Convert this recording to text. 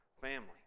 Family